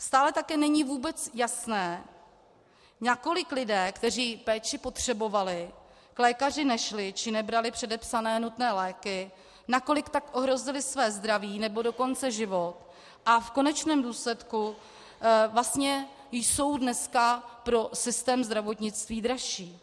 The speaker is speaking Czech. Stále také není vůbec jasné, nakolik lidé, kteří péči potřebovali, k lékaři nešli či nebrali předepsané nutné léky, nakolik tak ohrozili své zdraví, nebo dokonce život, a v konečném důsledku vlastně jsou dneska pro systém zdravotnictví dražší.